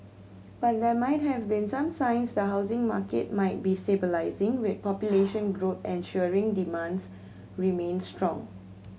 but there might have been some signs the housing market might be stabilising with population growth ensuring demand remains strong